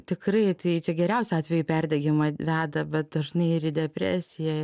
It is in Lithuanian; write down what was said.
tikrai tai čia geriausiu atveju į perdegimą veda bet dažnai ir į depresiją